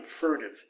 furtive